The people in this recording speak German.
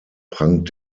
prangt